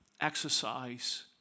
exercise